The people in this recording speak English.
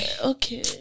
okay